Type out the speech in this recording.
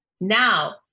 Now